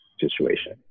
situation